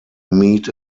meet